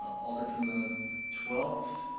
alder from the twelfth.